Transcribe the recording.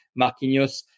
Marquinhos